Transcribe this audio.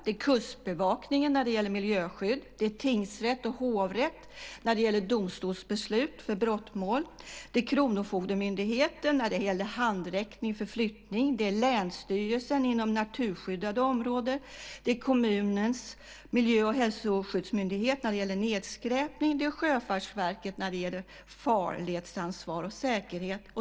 Det är Kustbevakningen när det gäller miljöskydd. Det är tingsrätt och hovrätt när det gäller domstolsbeslut för brottmål. Det är kronofogdemyndigheten när det gäller handräckning för flyttning. Det är länsstyrelsen inom naturskyddade områden. Det är kommunens miljö och hälsoskyddsmyndighet när det gäller nedskräpning, och det är Sjöfartsverket när det gäller farledsansvar och säkerhet.